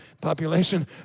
population